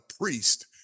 priest